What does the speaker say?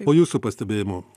o jūsų pastebėjimu